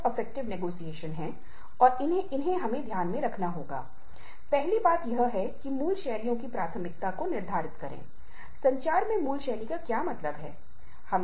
30 से अधिक महिला कर्मचारी होने पर शिशु गृहक्रेच Crèches कंपनी के लिए निर्धारित क्रेच के लिए जाती है